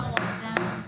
הישיבה ננעלה בשעה 15:50.